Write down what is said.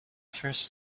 first